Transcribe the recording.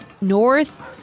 north